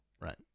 right